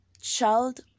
Child